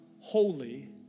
holy